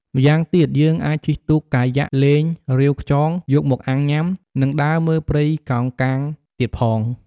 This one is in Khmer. ម្យ៉ាងទៀតយើងអាចជិះទូកកាយយ៉ាកលេង រាវខ្យង យកមកអាំងញុំា នឹងដើរមើលព្រៃកោងកាងទៀតផង។